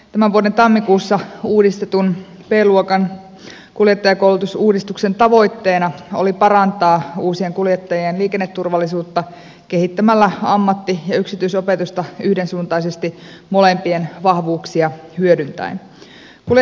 tämän vuoden tammikuussa uudistetun b luokan kuljettajakoulutusuudistuksen tavoitteena oli parantaa uusien kuljettajien liikenneturvallisuutta kehittämällä ammatti ja yksityisopetusta yhdensuuntaisesti molempien vahvuuksia hyödyntäen